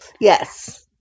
Yes